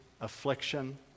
affliction